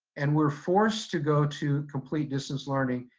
and we're forced to go to complete distance learning,